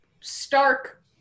stark